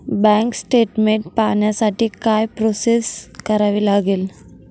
Bank statement पाहण्यासाठी काय process करावी लागेल?